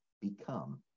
become